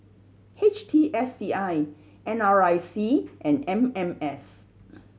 H T S C I N R I C and M M S